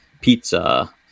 pizza